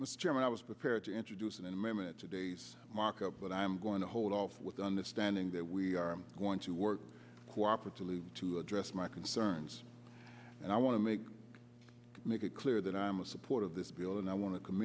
chairman i was prepared to introduce an amendment today's markup but i'm going to hold off with the understanding that we are going to work cooperatively to address my concerns and i want to make make it clear that i'm a supporter of this bill and i want to com